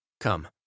Come